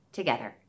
together